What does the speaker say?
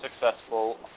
Successful